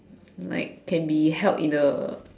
like can be held in a